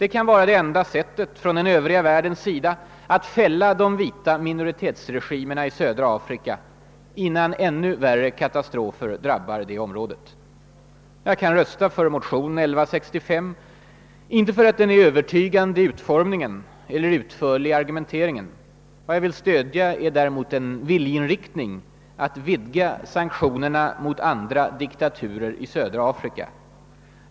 Det kan vara det enda sättet från den övriga världens sida att fälla de vita minoritetsregimerna i södra Afrika innan ännu värre katastrofer drabbar det området. Jag kan rösta för motion 1165, inte för att den är övertygande i utformningen eller utförlig i argumenteringen. Vad jag vill stödja är däremot viljeinriktningen att vidga sanktionerna mot andra diktaturer i södra Afrika.